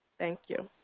thank you.